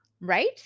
Right